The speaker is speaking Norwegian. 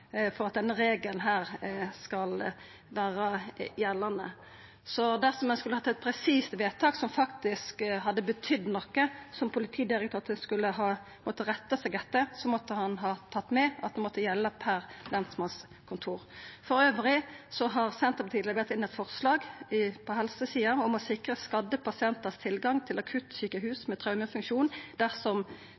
at denne regelen skal vera gjeldande. Dersom ein skulle hatt eit presist vedtak, som faktisk hadde betydd noko, som Politidirektoratet måtte retta seg etter, måtte ein ha tatt med at det skulle gjelda per lensmannskontor. Elles har Senterpartiet levert inn eit forslag på helsesida om å sikra skadde pasientar tilgang til akuttsjukehus med traumefunksjon dersom